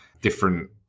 different